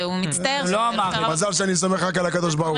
והוא מצטער שזה לא --- מזל שאני סומך רק על הקדוש ברוך הוא.